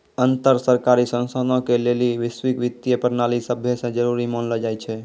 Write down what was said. अन्तर सरकारी संस्थानो के लेली वैश्विक वित्तीय प्रणाली सभै से जरुरी मानलो जाय छै